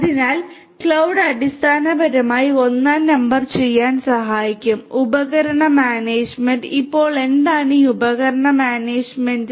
അതിനാൽ ക്ലൌഡ് അടിസ്ഥാനപരമായി ഒന്നാം നമ്പർ ചെയ്യാൻ സഹായിക്കും ഉപകരണ മാനേജ്മെന്റ് ഇപ്പോൾ എന്താണ് ഈ ഉപകരണ മാനേജ്മെന്റ്